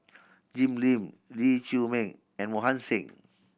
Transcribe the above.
Jim Lim Lee Chiaw Meng and Mohan Singh